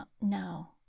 no